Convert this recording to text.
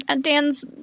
Dan's